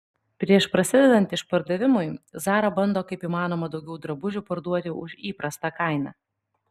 prieš prasidedant išpardavimui zara bando kaip įmanoma daugiau drabužių parduoti už įprastą kainą